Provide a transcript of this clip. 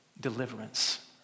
deliverance